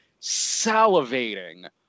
salivating